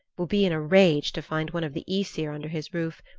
will be in a rage to find one of the aesir under his roof.